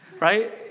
right